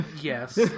yes